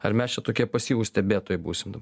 ar mes čia tokie pasyvūs stebėtojai būsim